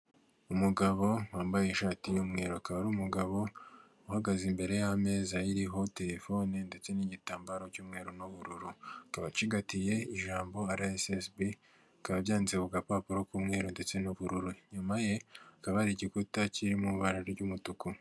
Umugabo wambaye ishati y'umweru, akaba ari umugabo uhagaze imbere y'ameza iriho telefone ndetse n'igitambaro cy'umweru n'ubururu, akaba acigatiye ijambo aresesibi, bikaba byanditse ku gapapuro k'umweru ndetse n'ubururu, inyuma ye hakaba hari igikuta kiri mu ibara ry'umutuku.